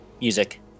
music